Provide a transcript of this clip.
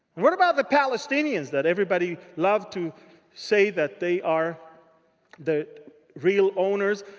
what about the palestinians that everybody loved to say that they are the real owners?